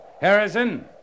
Harrison